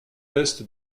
est